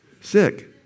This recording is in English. Sick